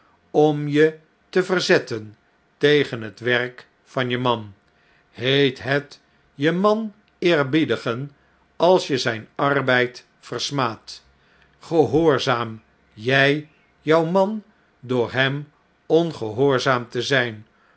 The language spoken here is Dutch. om je te verzetten tegen het werk van je man heet het je man eerbiedigen als je zijn arbeid versmaadt gehoorzaam jjj jou man door hem ongehoorzaam te zjjn